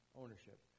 ownership